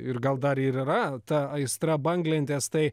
ir gal dar ir yra ta aistra banglentės tai